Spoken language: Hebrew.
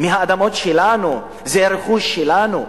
מהאדמות שלנו, זה הרכוש שלנו,